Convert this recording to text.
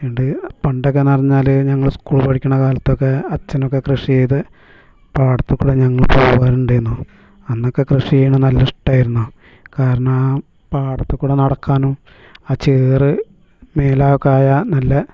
ഉണ്ട് പണ്ടൊക്കെയെന്നു പറഞ്ഞാൽ ഞങ്ങൾ സ്കൂൾ പഠിക്കണ കാലത്തൊക്കെ അച്ഛനൊക്കെ കൃഷി ചെയ്തു പാടത്തിൽ ക്കൂടി ഞങ്ങൾ പോകാറുണ്ടായ്നു അന്നൊക്കെ കൃഷിചെയ്യണത് നല്ല ഇഷ്ടമായിരുന്നു കാരണം പാടത്തിൽ കൂടി നടക്കാനും ആ ചേറ് മേലൊക്കെയായാൽ നല്ല